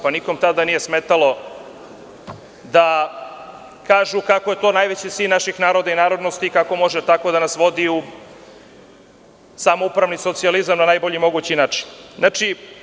Pa, nikome tada nije smetalo da kažu kako je to najveći sin naših naroda i narodnosti i kako može tako da nas vodi u samoupravni socijalizam na najbolji mogući način.